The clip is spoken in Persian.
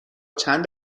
چند